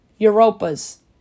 Europas